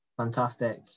fantastic